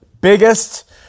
biggest